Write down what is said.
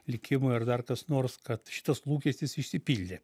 likimui ar dar kas nors kad šitas lūkestis išsipildė